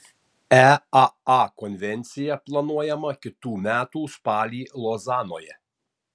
eaa konvencija planuojama kitų metų spalį lozanoje